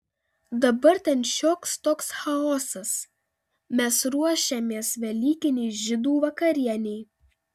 dabar ten šioks toks chaosas mes ruošėmės velykinei žydų vakarienei